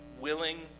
willing